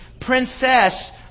princess